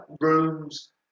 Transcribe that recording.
rooms